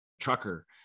trucker